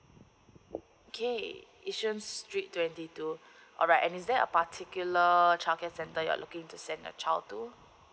okay bishan street twenty two alright and is there a particular childcare center you're looking to send your child to